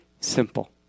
simple